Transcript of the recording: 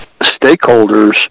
stakeholders